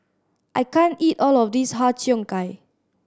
I can't eat all of this Har Cheong Gai